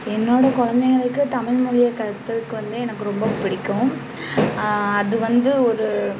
என்னோட கொழந்தைங்களுக்கு தமிழ்மொலிய கற்றுதர்றதுக்கு வந்து எனக்கு ரொம்ப பிடிக்கும் அதுவந்து ஒரு